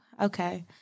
Okay